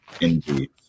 Indeed